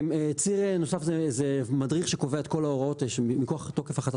ציר נוסף זה מדריך שקובע את כל ההוראות מכוח תוקף החלטת